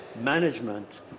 management